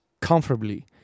comfortably